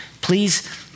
Please